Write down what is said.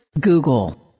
Google